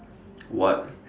what